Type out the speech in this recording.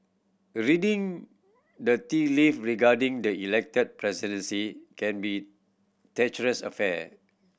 reading the tea leave regarding the Elected Presidency can be treacherous affair